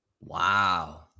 Wow